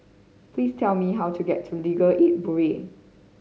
please tell me how to get to Legal Aid Bureau